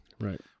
right